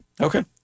Okay